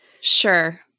Sure